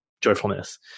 joyfulness